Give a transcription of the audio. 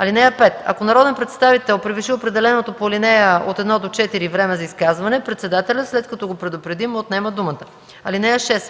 минути. (5) Ако народен представител превиши определеното по ал. 1-4 време за изказване, председателят, след като го предупреди, му отнема думата. (6)